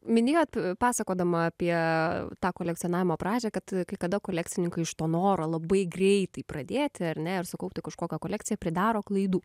minėjot pasakodama apie tą kolekcionavimo pradžią kad kai kada kolekcininkai iš to noro labai greitai pradėti ar ne ir sukaupti kažkokią kolekciją pridaro klaidų